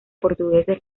portugueses